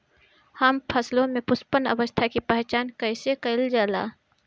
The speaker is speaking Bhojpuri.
हम फसलों में पुष्पन अवस्था की पहचान कईसे कईल जाला?